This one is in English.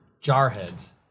jarheads